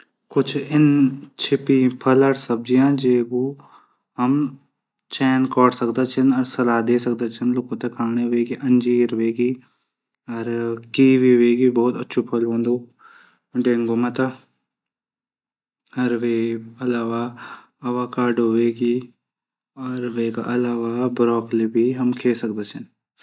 कुछ इन छिपी फल और सब्जियां छिन ज्यूक हम चयन कौर सकदा छन सलाद दे सकदा छन अंज वेगे कीवी वेगे अछू फल हूदू। डेंगू मत त अरबी हलवा बारकली भी खलै सकदा।